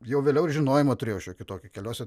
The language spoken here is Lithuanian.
jau vėliau ir žinojimą turėjau šiokį tokį keliose